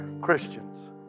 Christians